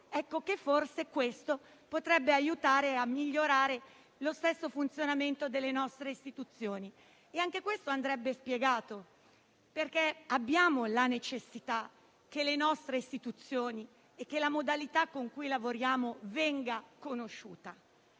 tutti, forse potrebbe aiutare a migliorare lo stesso funzionamento delle nostre istituzioni. Anche questo andrebbe spiegato, perché abbiamo la necessità che le nostre istituzioni e la modalità con cui lavoriamo vengano conosciute.